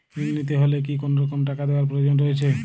ঋণ নিতে হলে কি কোনরকম টাকা দেওয়ার প্রয়োজন রয়েছে?